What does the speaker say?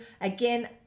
again